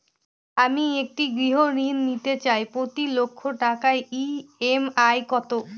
আমি একটি গৃহঋণ নিতে চাই প্রতি লক্ষ টাকার ই.এম.আই কত?